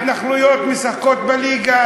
מההתנחלויות משחקות בליגה?